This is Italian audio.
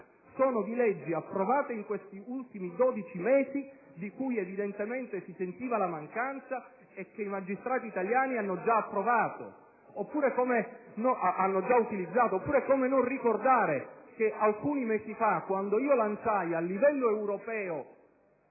sono di leggi approvate in questi ultimi 12 mesi di cui evidentemente si sentiva la mancanza e che i magistrati italiani hanno già utilizzato. Come non ricordare, poi, che alcuni mesi fa, quando lanciai a livello europeo